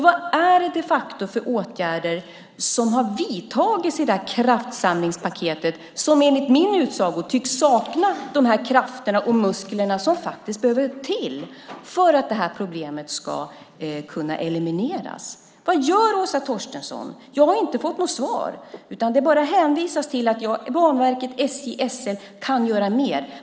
Vad är det de facto för åtgärder som har vidtagits i kraftsamlingspaketet, som i mitt tycke verkar sakna de krafter och muskler som faktiskt behövs för att det här problemet ska kunna elimineras? Vad gör Åsa Torstensson? Jag har inte fått något svar. Det hänvisas bara till att Banverket, SJ och SL kan göra mer.